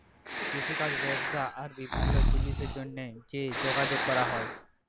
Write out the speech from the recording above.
কিষিকাজ ব্যবসা আর বিভিল্ল্য জিলিসের জ্যনহে যে যগাযগ ক্যরা হ্যয়